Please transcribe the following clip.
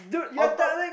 on top